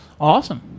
Awesome